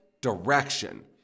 direction